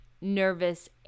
nervous